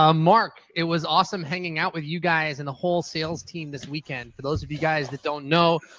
um mark, it was awesome hanging out with you guys and the whole sales team this weekend. for those of you guys that don't know,